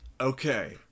okay